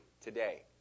today